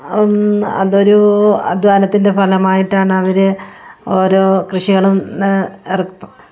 അതൊരു അധ്വാനത്തിൻ്റെ ഫലമായിട്ടാണവർ ഓരോ കൃഷികളും എറപ്പ്